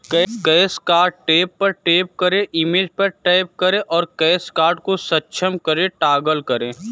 cash card tab पर tap करें, image पर टैप करें और कैश कार्ड को सक्षम करें टॉगल करें